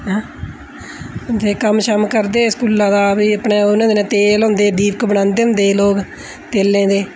ते कम्म शम्म करदे हे स्कूला दा फ्ही उ'नें दिनैं तेल होंदे है दीपक बनांदे होंदे है लोक तेलै दे